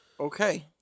Okay